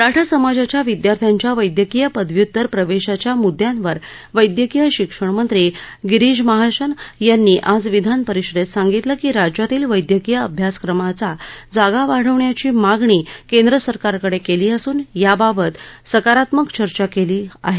मराठा समाजाच्या विद्यार्थ्यांच्या वद्यक्रीय पदव्युत्तर प्रवेशाच्या मुद्द्यावर वघ्क्रीय शिक्षण मंत्री गिरीश महाजन यांनी आज विधान परिषदेत सांगितलं की राज्यातील वस्क्रीय अभ्यासक्रमाचा जागा वाढविण्याची मागणी केंद्र सरकारकडे केली असून याबाबत सकारात्मक चर्चा झाली आहे